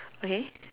okay